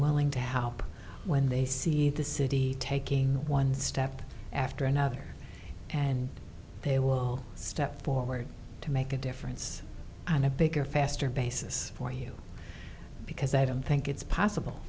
willing to help when they see the city taking one step after another and they will step forward to make a difference on a bigger faster basis for you because i don't think it's possible